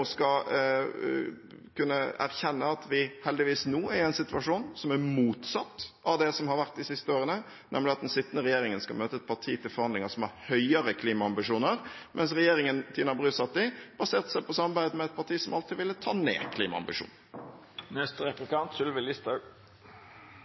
skal kunne erkjenne at vi nå heldigvis er i en situasjon som er motsatt av det som har vært de siste årene, nemlig at den sittende regjering skal møte et parti til forhandlinger som har høyere klimaambisjoner, mens regjeringen Tina Bru satt i, baserte seg på samarbeid med et parti som alltid ville ta ned